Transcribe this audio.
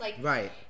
Right